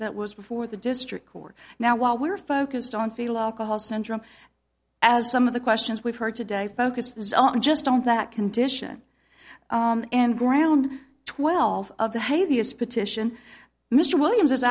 that was before the district court now while we're focused on field alcohol syndrome as some of the questions we've heard today focus zone just on that condition and ground twelve of the hay vs petition mr williams is